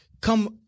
come